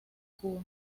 cuba